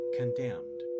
condemned